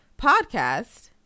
podcast